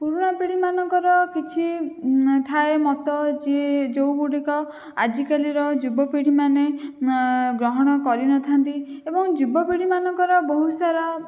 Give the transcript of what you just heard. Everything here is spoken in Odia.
ପୁରୁଣାପିଢ଼ିମାନଙ୍କର କିଛି ଥାଏ ମତ ଯିଏ ଯେଉଁଗୁଡ଼ିକ ଆଜିକାଲିର ଯୁବପିଢ଼ିମାନେ ଗ୍ରହଣ କରିନଥାନ୍ତି ଏବଂ ଯୁବପିଢ଼ିମାନଙ୍କର ବହୁତ ସାରା